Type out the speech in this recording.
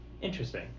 Interesting